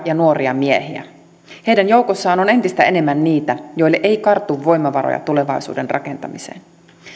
ja nuoria miehiä heidän joukossaan on entistä enemmän niitä joille ei kartu voimavaroja tulevaisuuden rakentamiseen